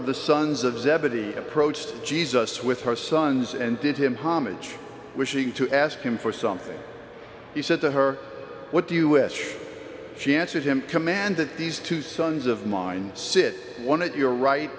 of the sons of zebedee approached jesus with her sons and did him homage wishing to ask him for something he said to her what do you wish she answered him command that these two sons of mine sit one at your right